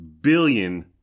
billion